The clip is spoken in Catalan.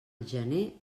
gener